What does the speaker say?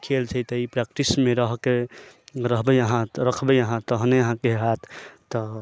तऽ ई प्रैक्टिस मे रहऽके रहबै अहाँ रखबै अहाँ तहने अहाँके हैत तऽ